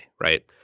right